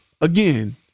again